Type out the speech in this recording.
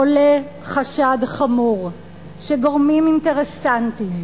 עולה חשד חמור שגורמים אינטרסנטיים,